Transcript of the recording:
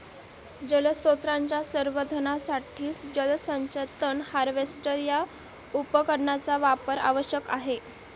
जलस्रोतांच्या संवर्धनासाठी जलचर तण हार्वेस्टर या उपकरणाचा वापर आवश्यक आहे